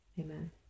Amen